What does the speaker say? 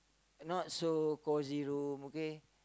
not so cosy room okay